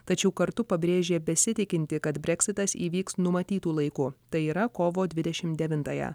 tačiau kartu pabrėžė besitikinti kad breksitas įvyks numatytu laiku tai yra kovo dvidešimt devintąją